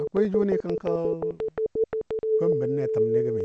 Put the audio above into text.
Akwai jʊni kənkɔ kombən a təmni gəmi.